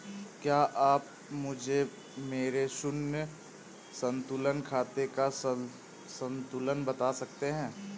क्या आप मुझे मेरे शून्य संतुलन खाते का संतुलन बता सकते हैं?